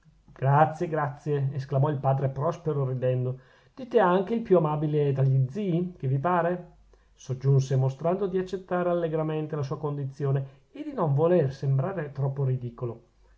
grazie grazie esclamò il padre prospero ridendo dite anche il più amabile tra gli zii che vi pare soggiunse mostrando di accettare allegramente la sua condizione e di non voler sembrare troppo ridicolo